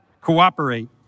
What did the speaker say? cooperate